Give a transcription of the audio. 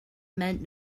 meant